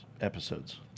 episodes